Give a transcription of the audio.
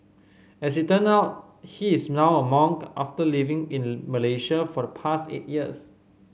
as it turn out he is now a monk after living in Malaysia for the past eight years